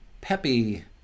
Peppy